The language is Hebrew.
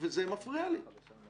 חד משמעי, בגלל זה הם